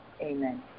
amen